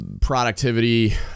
productivity